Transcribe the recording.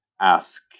ask